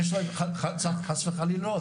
חס וחלילה, לא.